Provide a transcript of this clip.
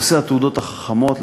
נושא התעודות החכמות,